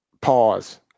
Pause